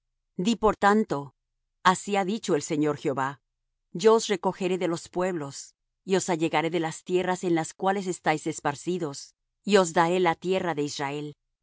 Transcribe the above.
di por tanto así ha dicho el señor jehová yo os recogeré de los pueblos y os allegaré de las tierras en las cuales estáis esparcidos y os daré la tierra de israel